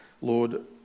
Lord